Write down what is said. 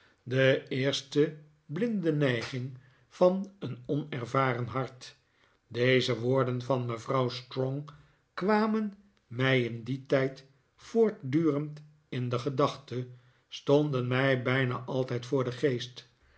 de eerste blinde neiging van een onervaren hart deze woorden van mevrouw strong kwamen mij in dien tijd voortdurend in de gedachte stonden mij bijna altijd voor den geest